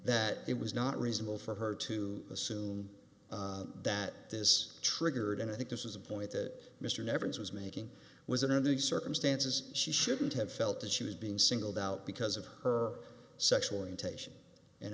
that it was not reasonable for her to assume that this triggered and i think this is a point that mr nevers was making was attending circumstances she shouldn't have felt that she was being singled out because of her sexual orientation